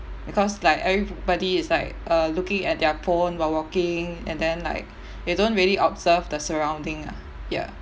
because like everybody is like uh looking at their phones while walking and then like you don't really observe the surrounding ah ya